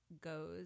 goes